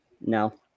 No